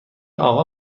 آقا